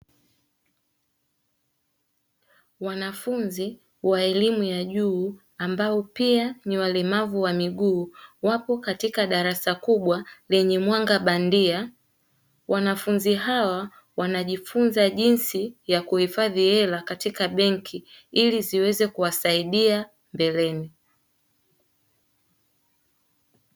Wanafunzi wa elimu ya juu ambao pia ni walemavu wa miguu wapo katika darasa kubwa lenye mwanga bandia, wanafunzi hawa wanajifunza jinsi ya kuhifadhi hela katika benki ili ziweze kuwasaidia mbeleni.